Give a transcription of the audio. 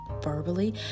verbally